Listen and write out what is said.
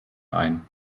ein